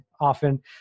often